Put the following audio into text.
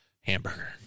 Hamburger